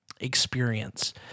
experience